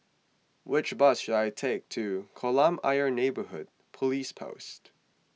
which bus should I take to Kolam Ayer Neighbourhood Police Post